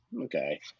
Okay